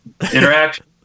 interaction